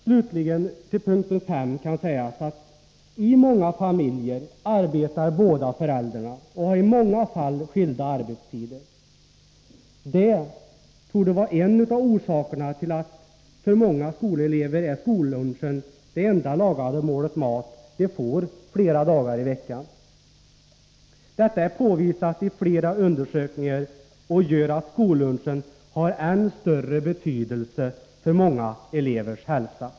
Slutligen några kommentarer till punkt 5: I många familjer arbetar båda föräldrarna, och de har i många fall skilda arbetstider. Det torde vara en av orsakerna till att skollunchen är det enda lagade mål mat som många skolelever får under dagen, och det gäller flera dagar i veckan. Detta är påvisat i flera undersökningar. Det gör att skollunchen har än större betydelse för många elevers hälsa.